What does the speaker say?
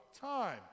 time